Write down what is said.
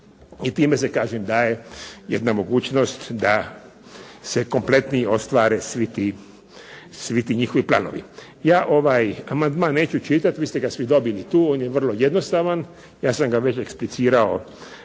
i time se kažem daje jedna mogućnost da se kompletni ostvare svi ti njihovi planovi. Ja ovaj amandman neću čitati. Vi ste ga svi dobili tu, on je vrlo jednostavan. Ja sam ga već eksplicirao